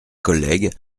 collègues